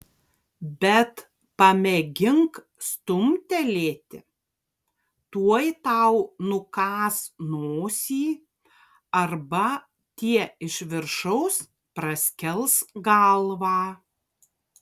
bet pamėgink stumtelėti tuoj tau nukąs nosį arba tie iš viršaus praskels galvą